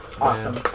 Awesome